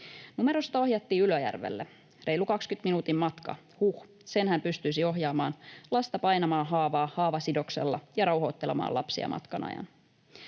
Numerosta ohjattiin Ylöjärvelle, reilu 20 minuutin matka, huh, sen hän pystyisi ohjaamaan lasta painamaan haavaa haavasidoksella ja rauhoittelemaan lapsia matkan ajan.